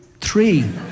Three